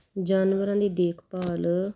ਜਾਨਵਰਾਂ ਦੀ ਦੇਖਭਾਲ